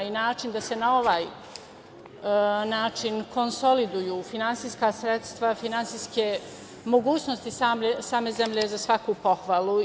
Način da se na ovaj način konsoliduju finansijska sredstva, finansijske mogućnosti same zemlje je za svaku pohvalu.